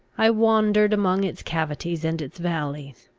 i wandered among its cavities and its valleys.